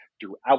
throughout